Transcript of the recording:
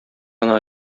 кына